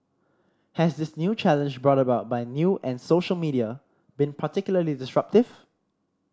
has this new challenge brought about by new and social media been particularly disruptive